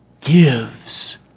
gives